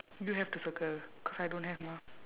you have to circle cause I don't have mah